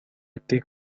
été